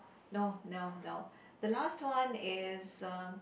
no no no the last one is um